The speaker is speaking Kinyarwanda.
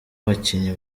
abakinnyi